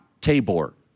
Tabor